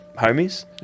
homies